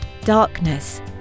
Darkness